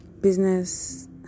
business